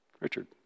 Richard